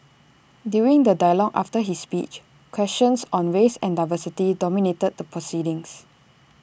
during the dialogue after his speech questions on race and diversity dominated the proceedings